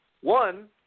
One